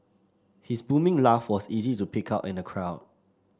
his booming laugh was easy to pick out in the crowd